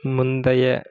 முந்தைய